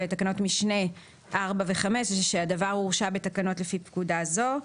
ותקנות משנה (4) ו-(5) קובעות שהדבר הורשה בתקנות לפי פקודה זו.